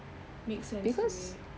makes sense eh